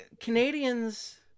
Canadians